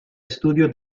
estudio